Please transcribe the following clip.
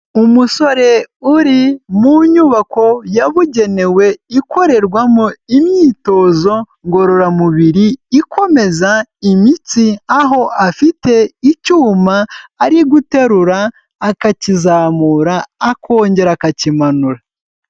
Umusore uri mu nyubako yabugenewe ikorerwamo imyitozo ngororamubiri ikomeza imitsi, aho afite icyuma ari guterura, akakizamura, akongera akakimanura.